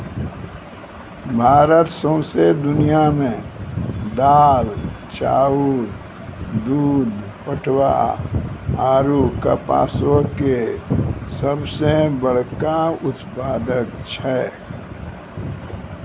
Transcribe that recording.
भारत सौंसे दुनिया मे दाल, चाउर, दूध, पटवा आरु कपासो के सभ से बड़का उत्पादक छै